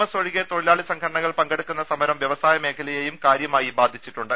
S ഒഴികെ തൊഴിലാളി സംഘടനകൾ പങ്കെടുക്കുന്ന സമരം വൃവസായ മേഖലയെയും കാര്യമായി ബാധിച്ചിട്ടുണ്ട്